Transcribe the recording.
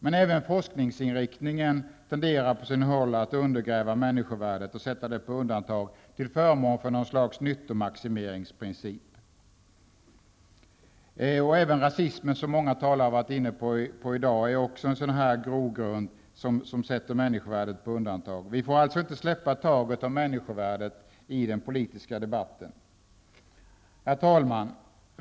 Men även forskningsinriktningen tenderar på sina håll att undergräva människovärdet och sätta det på undantag, till förmån för något slags nyttomaximeringsprincip. Även rasismen, som många talare har varit inne på i dag, är en grogrund som sätter människovärdet på undantag. Vi får alltså inte släppa taget om människovärdet i den politiska debatten. Herr talman!